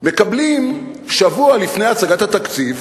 מקבלים שבוע לפני הצגת התקציב